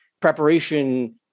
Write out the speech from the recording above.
preparation